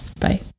Bye